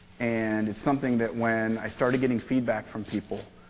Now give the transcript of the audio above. and it's something, that when i started getting feedback from people,